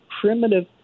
primitive